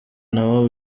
nabo